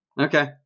Okay